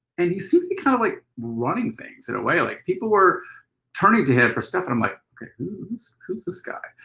and he seemed to be kind of like running things in a way. like people were turning to him for stuff and i'm like, who's this guy?